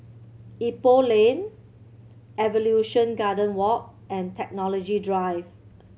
Ipoh Lane Evolution Garden Walk and Technology Drive